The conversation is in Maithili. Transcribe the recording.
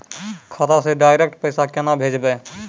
खाता से डायरेक्ट पैसा केना भेजबै?